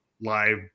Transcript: live